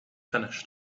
finished